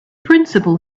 principle